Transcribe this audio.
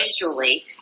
Visually